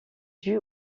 due